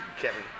Kevin